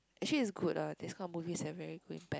actually is good ah these kind of movies are very good impact